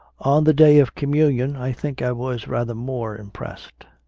on the day of communion i think i was rather more impressed.